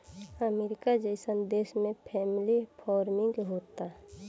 अमरीका जइसन देश में फैमिली फार्मिंग होता